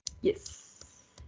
Yes